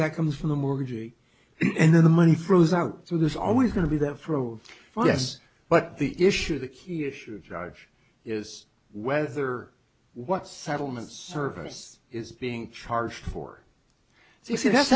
that comes from the mortgagee and then the money flows out so there's always going to be that froze yes but the issue the key issue is whether what settlements service is being charged for you see that's